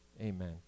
Amen